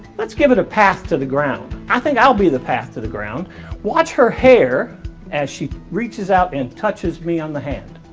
let's give it a pass to the ground. i think i'll be the path to the ground watch her hair as she reaches out and touches me on the hand.